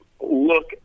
look